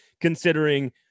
considering